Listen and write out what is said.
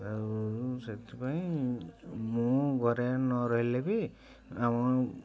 ଆଉ ସେଥିପାଇଁ ମୁଁ ଘରେ ନ ରହିଲେ ବି ଆମ